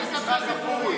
אז אל תספר סיפורים.